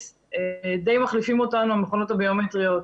די מחליפים אותנו המכונות הביומטריות,